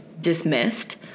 dismissed